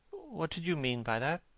what did you mean by that?